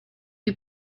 you